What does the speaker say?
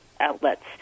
Outlets